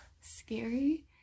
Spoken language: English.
scary